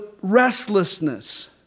restlessness